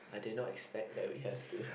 I did not expect that we have to